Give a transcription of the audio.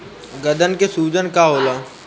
गदन के सूजन का होला?